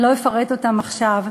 ואני לא אפרט אותם עכשיו.